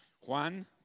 Juan